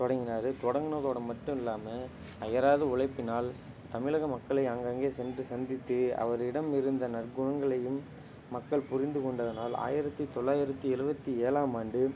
தொடங்கினார் தொடங்குனதோட மட்டும் இல்லாமல் அயராது உழைப்பினால் தமிழக மக்களை அங்கங்கே சென்று சந்தித்து அவரிடம் இருந்த நற்குணங்களையும் மக்கள் புரிந்துக் கொண்டதனால் ஆயரத்து தொள்ளாயரத்து ஏழுவத்தி ஏழாம் ஆண்டு